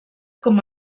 com